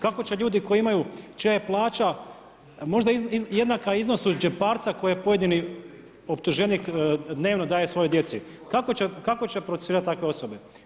Kako će ljudi koji imaju, čija je plaća možda jednaka iznosu džeparca koji pojedini optuženik dnevno daje svojoj djeci, kako će procesuirati takve osobe?